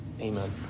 amen